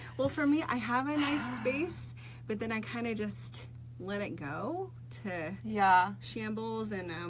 well, for me, i have a nice space but then i kind of just let it go to yeah shambles and,